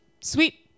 Sweet